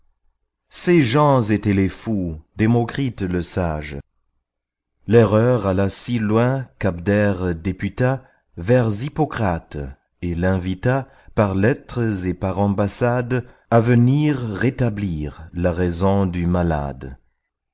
ces gens étaient les fous démocrite le sage l'erreur alla si loin qu'abdère députa vers hippocrate et l'invita par lettres et par ambassade à venir rétablir la raison du malade